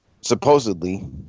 supposedly